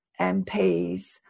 mps